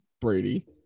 Brady